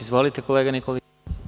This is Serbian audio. Izvolite, kolega Nikolić.